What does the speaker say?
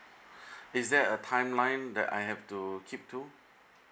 is there a timeline that I have to keep to